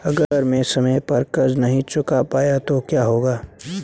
अगर मैं समय पर कर्ज़ नहीं चुका पाया तो क्या होगा?